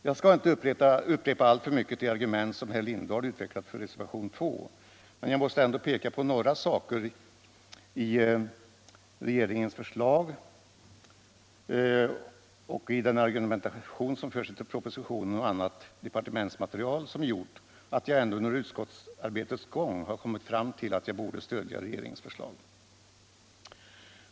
Jag skali inte upprepa alltför mycket de argument som herr Lindahl utvecklat för reservation 2, men jag måste ändå peka på några saker i den argumentation som förts i propositionen och annat departementsmaterial och som gjort att jag ändå under utskottsarbetets gång har kommit fram till att jag borde stödja regeringens förslag.